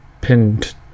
pinned